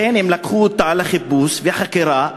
לכן הם לקחו אותה לחיפוש וחקירה,